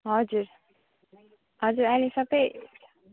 हजुर हजुर अहिले सबै